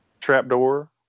trapdoor